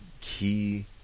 key